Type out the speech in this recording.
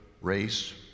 race